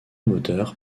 moteurs